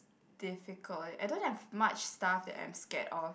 difficult eh I don't have much stuff that I am scared of